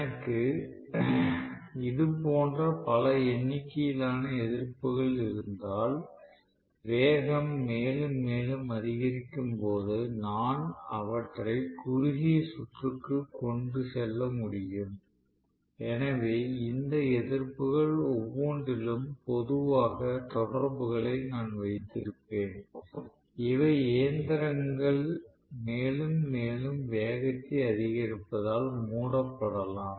எனக்கு இது போன்ற பல எண்ணிக்கையிலான எதிர்ப்புகள் இருந்தால் வேகம் மேலும் மேலும் அதிகரிக்கும்போது நான் அவற்றை குறுகிய சுற்றுக்கு கொண்டு செல்ல முடியும் எனவே இந்த எதிர்ப்புகள் ஒவ்வொன்றிலும் பொதுவாக தொடர்புகளை நான் வைத்திருப்பேன் இவை இயந்திரங்கள் மேலும் மேலும் வேகத்தை அதிகரிப்பதால் மூடப்படலாம்